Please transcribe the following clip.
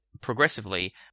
progressively